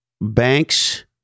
banks